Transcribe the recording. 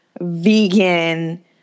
vegan